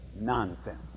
nonsense